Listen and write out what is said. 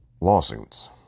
Lawsuits